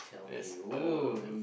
there's a